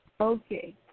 Okay